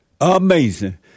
Amazing